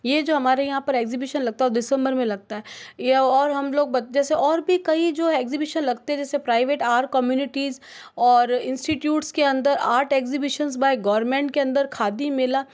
यह जो हमारे यहाँ पर एग्जीबिशन लगता है दिसम्बर में लगता है या और हम लोग बच्चे जेसे और भी कई जो एग्जीबिशन लगते जैसे प्राइवेट आर कम्युनिटीज़ और इंस्टीट्यूटस के अंदर आर्ट एग्जीबिशन बाय गवरमेंट के अंदर खड़ी मेला